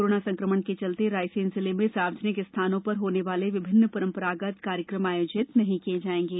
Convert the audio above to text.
corona संक्रमण के चलते रायसेन जिले में सार्वजनिक स्थानों पर होने वाले विभिन्न परंपरागत कार्यक्रम आयोजित नहीं किये जायेंगे